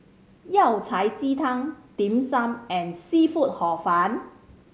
Yao Cai ji tang Dim Sum and seafood Hor Fun